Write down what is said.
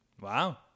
Wow